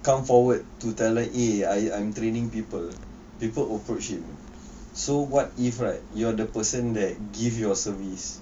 come forward to tell like eh I'm training people people approach him so what if right you you're the person that give your service